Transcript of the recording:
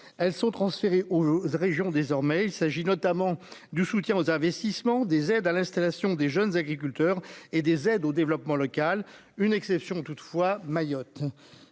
elles sont transférées aux régions, désormais, il s'agit notamment du soutien aux investissements des aides à l'installation des jeunes agriculteurs et des aides au développement local, une exception toutefois : Mayotte,